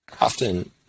Often